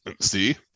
see